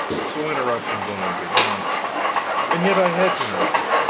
so, interruptions only did harm and yet i had to interrupt,